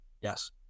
Yes